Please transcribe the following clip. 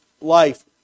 life